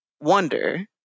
wonder